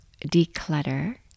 declutter